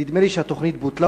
נדמה לי שהתוכנית בוטלה,